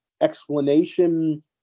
explanation